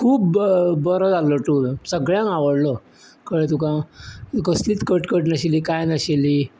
तो खूब ब बरो जाल्लो टूर सगळ्यांक आवडलो कळ्ळें तुका कसलीच कटकट नाशिल्ली कांय नाशिल्ली